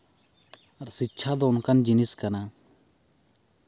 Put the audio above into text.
ᱟᱨ ᱥᱤᱠᱠᱷᱟ ᱫᱚ ᱚᱱᱠᱟᱱ ᱡᱤᱱᱤᱥ ᱠᱟᱱᱟ